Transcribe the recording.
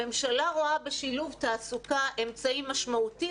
הממשלה רואה בשילוב תעסוקה אמצעי משמעותי